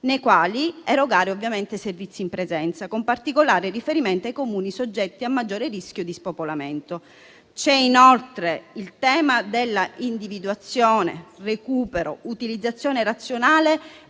nei quali erogare ovviamente servizi in presenza, con particolare riferimento ai Comuni soggetti a maggiore rischio di spopolamento. Vi è inoltre il tema dell'individuazione, del recupero, dell'utilizzazione razionale e